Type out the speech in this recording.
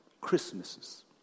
Christmases